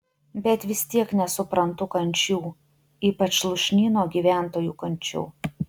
bet vis tiek nesuprantu kančių ypač lūšnyno gyventojų kančių